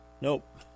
nope